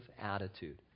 attitude